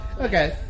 okay